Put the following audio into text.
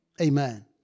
Amen